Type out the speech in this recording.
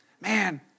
man